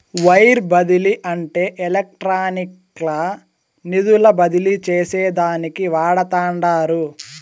wire బదిలీ అంటే ఎలక్ట్రానిక్గా నిధులు బదిలీ చేసేదానికి వాడతండారు